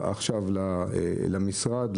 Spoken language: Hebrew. אלא למשרד,